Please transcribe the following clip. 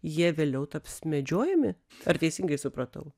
jie vėliau taps medžiojami ar teisingai supratau